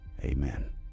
Amen